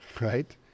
right